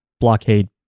blockade